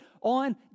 on